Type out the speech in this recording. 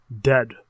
dead